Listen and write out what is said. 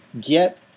get